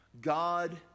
God